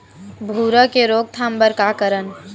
भूरा के रोकथाम बर का करन?